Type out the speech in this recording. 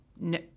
no